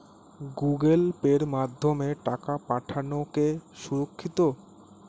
Google পের মাধ্যমে টাকা পাঠানোকে সুরক্ষিত?